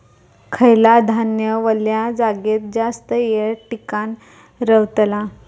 खयला धान्य वल्या जागेत जास्त येळ टिकान रवतला?